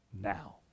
now